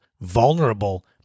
vulnerable